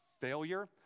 failure